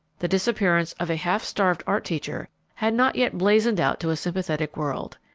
the disappearance of a half-starved art teacher had not yet blazoned out to a sympathetic world.